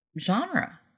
genre